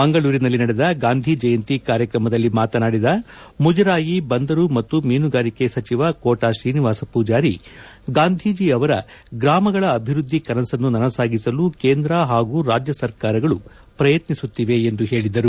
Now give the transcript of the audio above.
ಮಂಗಳೂರಿನಲ್ಲಿ ನಡೆದ ಗಾಂಧಿ ಜಯಂತಿ ಕಾರ್ಯಕ್ರಮದಲ್ಲಿ ಮಾತನಾಡಿದ ಮುಜರಾಯಿ ಬಂದರು ಮತ್ತು ಮೀನುಗಾರಿಕೆ ಸಚಿವ ಕೋಟಾ ಶ್ರೀನಿವಾಸ ಮೂಜಾರಿ ಗಾಂಧೀಜಿ ಅವರ ಗ್ರಾಮಗಳ ಅಭಿವೃದ್ಧಿ ಕನಸನ್ನು ನನಸಾಗಿಸಲು ಕೇಂದ್ರ ಹಾಗೂ ರಾಜ್ಯ ಸರ್ಕಾರಗಳು ಪ್ರಯತ್ನಿಸುತ್ತಿವೆ ಎಂದು ಹೇಳಿದರು